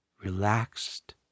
relaxed